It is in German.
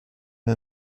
der